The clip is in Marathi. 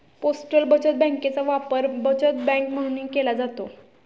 पोस्टल बचत बँकेचा वापर बचत बँक म्हणूनही केला जातो